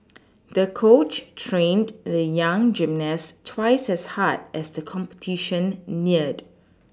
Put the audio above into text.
the coach trained the young gymnast twice as hard as the competition neared